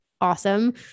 awesome